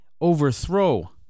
overthrow